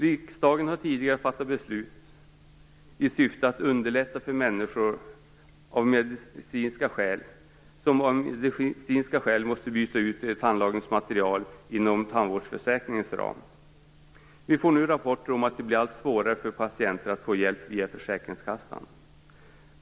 Riksdagen har tidigare fattat beslut i syfte att underlätta för människor som av medicinska skäl måste byta ut tandlagningsmaterial inom tandvårdförsäkringens ram. Vi får nu rapporter om att det blir allt svårare för patienter att få hjälp via försäkringskassan.